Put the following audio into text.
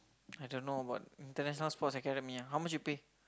I don't know about International Sports Academy ah how much you pay